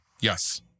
Yes